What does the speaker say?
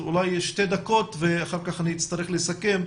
אולי תוכל לדבר שתי דקות ואחר כך אצטרך לסכם.